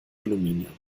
aluminium